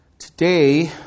Today